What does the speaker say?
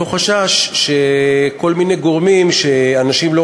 מתוך חשש שכל מיני גורמים שאנשים לא